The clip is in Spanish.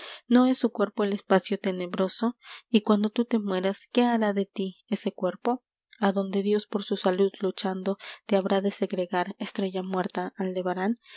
no es su cuerpo el espacio tenebroso y cuando tú te mueras qué hará de tí ese cuerpo a donde dios por su salud luchando fe habrá de segregar eslrella muerta aldebarán a